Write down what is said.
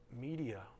media